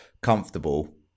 comfortable